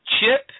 Chip